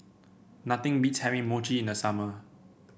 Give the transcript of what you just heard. nothing beats having Mochi in the summer